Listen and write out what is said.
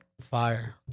Fire